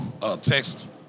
Texas